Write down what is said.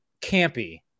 campy